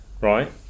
right